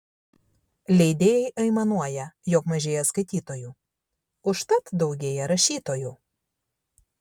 leidėjai aimanuoja jog mažėja skaitytojų užtat daugėja rašytojų